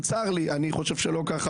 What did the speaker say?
צר לי, אני חושב שלא ככה